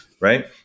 right